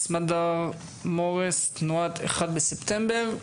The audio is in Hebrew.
סמדר מורס, תנועת אחד בספטמבר.